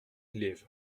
liv